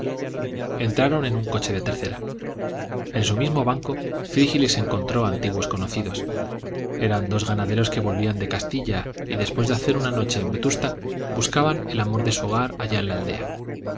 entraron en un coche de tercera en su mismo banco frígilis encontró antiguos conocidos eran dos ganaderos que volvían de castilla y después de hacer noche en vetusta buscaban el amor de su hogar allá en la aldea